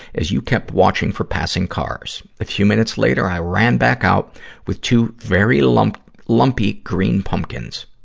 as you kept watching for passing cars. a few minutes later, i ran back out with two very lumpy lumpy green pumpkins.